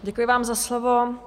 Děkuji vám za slovo.